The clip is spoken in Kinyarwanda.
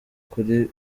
kuri